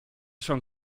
schon